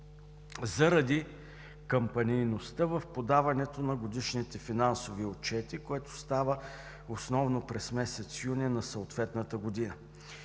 заради кампанийността в подаването на годишните финансови отчети, което става основно през месец юни на съответната година.